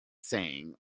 saying